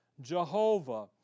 Jehovah